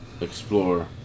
explore